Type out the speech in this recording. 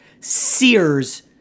Sears